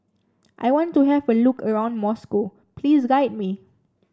I want to have a look around Moscow please guide me